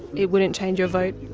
it wouldn't change your vote?